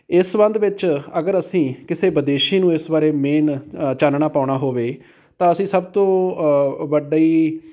ਇਸ ਸੰਬੰਧ ਵਿੱਚ ਅਗਰ ਅਸੀਂ ਕਿਸੇ ਵਿਦੇਸ਼ੀ ਨੂੰ ਇਸ ਬਾਰੇ ਮੇਨ ਚਾਨਣਾ ਪਾਉਣਾ ਹੋਵੇ ਤਾਂ ਅਸੀਂ ਸਭ ਤੋਂ ਵੱਡੀ